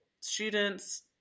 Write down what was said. students